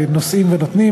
תשתנה.